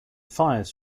fires